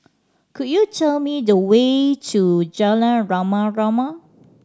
could you tell me the way to Jalan Rama Rama